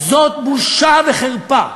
זו בושה וחרפה,